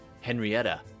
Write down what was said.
henrietta